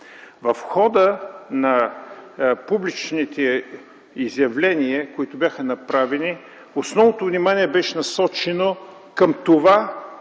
В хода на публичните изявления, които бяха направени, основното внимание беше насочено към това